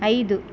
ಐದು